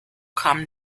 kamen